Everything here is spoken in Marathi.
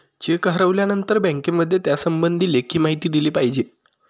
चेक हरवल्यानंतर बँकेमध्ये त्यासंबंधी लेखी माहिती दिली पाहिजे